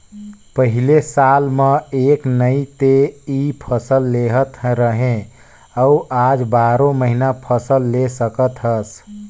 पहिले साल म एक नइ ते इ फसल लेहत रहें अउ आज बारो महिना फसल ले सकत हस